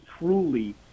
truly